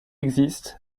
existent